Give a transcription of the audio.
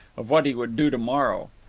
of what he would do to-morrow.